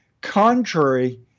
contrary